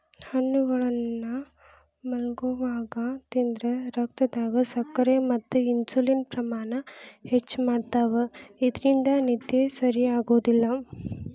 ಹಣ್ಣುಗಳನ್ನ ಮಲ್ಗೊವಾಗ ತಿಂದ್ರ ರಕ್ತದಾಗ ಸಕ್ಕರೆ ಮತ್ತ ಇನ್ಸುಲಿನ್ ಪ್ರಮಾಣ ಹೆಚ್ಚ್ ಮಾಡ್ತವಾ ಇದ್ರಿಂದ ನಿದ್ದಿ ಸರಿಯಾಗೋದಿಲ್ಲ